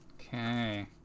Okay